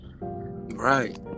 Right